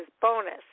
bonus